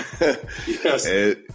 Yes